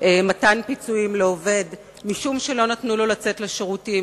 מתן פיצויים לעובד משום שלא נתנו לו לצאת לשירותים,